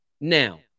Now